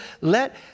let